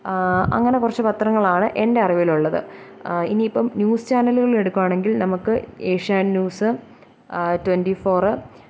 അങ്ങനെ കുറച്ച് പത്രങ്ങളാണ് എന്റെ അറിവിലുള്ളത് ഇനി ഇപ്പം ന്യൂസ് ചാനലുകൾ എടുക്കുകയാണെങ്കില് നമുക്ക് ഏഷ്യാനെറ്റ് ന്യൂസ് ട്വന്റി ഫോറ്